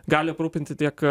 gali aprūpinti tiek